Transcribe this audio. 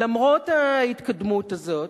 למרות ההתקדמות הזאת,